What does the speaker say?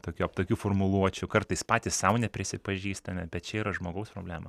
tokių aptakių formuluočių kartais patys sau neprisipažįstame bet čia yra žmogaus problema